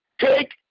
take